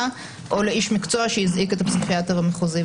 או לאיש מקצוע שהזעיק את הפסיכיאטר המחוזי.